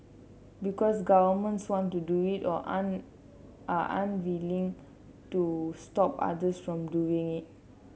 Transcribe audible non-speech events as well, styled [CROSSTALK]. because governments want to do it or [UNINTELLIGIBLE] are unwilling to stop others from doing it